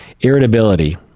irritability